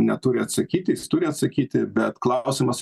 neturi atsakyti jis turi atsakyti bet klausimas